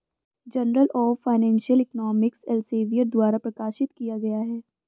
journal of financial economics Elsevier द्वारा प्रकाशित किया गया हैं